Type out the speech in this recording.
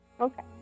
Okay